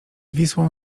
wisłą